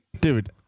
dude